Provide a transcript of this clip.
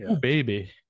baby